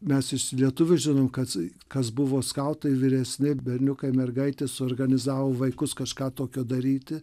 mes iš lietuvių žinom kats kas buvo skautai vyresni berniukai mergaitės suorganizavo vaikus kažką tokio daryti